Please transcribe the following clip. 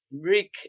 Rick